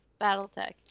Battletech